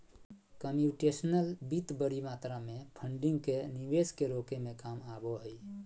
computational वित्त बडी मात्रा में फंडिंग के निवेश के रोके में काम आबो हइ